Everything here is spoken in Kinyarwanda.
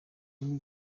nubwo